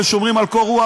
והם שומרים על קור רוח,